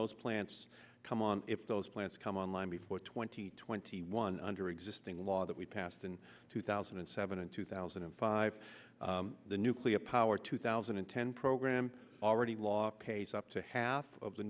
those plants come on if those plants come on line before twenty twenty one under existing law that we passed in two thousand and seven and two thousand and five the nuclear power two thousand and ten program already law pays up to half of the